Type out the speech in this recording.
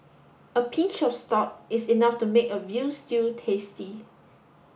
a pinch of salt is enough to make a veal stew tasty